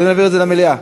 למליאה?